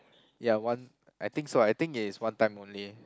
ya one I think so I think it is one time only